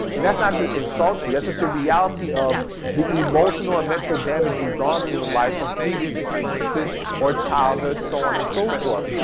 and that's not to insult you that's just a reality of the emotional and mental damage you've gone through in life from previous experiences or childhood so on and so forth.